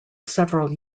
several